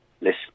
list